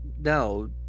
no